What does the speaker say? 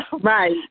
right